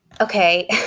okay